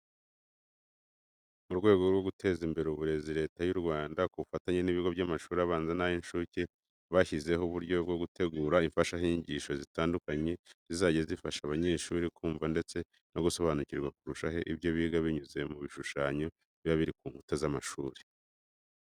Mu rwego rwo guteza imbere uburezi, Leta y'u Rwanda ku bufatanye n'ibigo by'amashuri abanza n'ay'incuke, bashyizeho uburyo bwo gutegura imfashanyigisho zitandukanye zizajya zifasha abanyeshuri kumva ndetse no gusobanukirwa kurushaho ibyo biga binyuze mu bishushanyo biba biri ku nkuta z'amashuri.